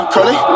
Curly